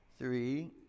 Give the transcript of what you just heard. Three